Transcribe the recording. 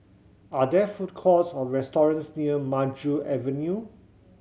are there food courts or restaurants near Maju Avenue